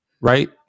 right